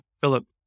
Philip